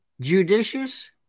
judicious